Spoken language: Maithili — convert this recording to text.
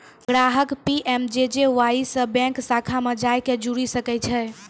ग्राहक पी.एम.जे.जे.वाई से बैंक शाखा मे जाय के जुड़ि सकै छै